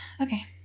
Okay